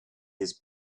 his